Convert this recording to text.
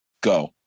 Go